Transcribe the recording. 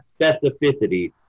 specificity